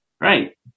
Right